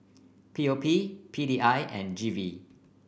P O P P D I and G V